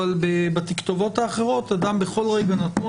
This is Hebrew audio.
אבל בתכתובות האחרות אדם בכל רגע נתון